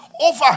over